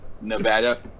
Nevada